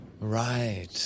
Right